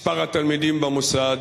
מספר התלמידים במוסד,